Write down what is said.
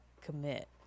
commit